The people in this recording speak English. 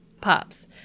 pops